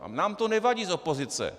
A nám to nevadí z opozice.